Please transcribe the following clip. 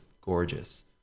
gorgeous